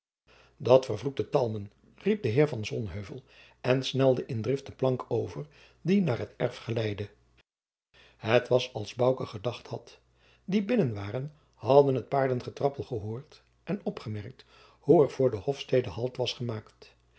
dat vervloekte talmen riep de heer van sonheuvel en snelde in drift de plank over die naar het erf geleidde het was als bouke gedacht had die binnen waren hadden het paardengetrappel gehoord en opgemerkt hoe er voor de hofstede halt was gemaakt